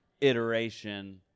iteration